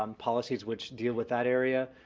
um policies which deal with that area.